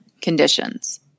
conditions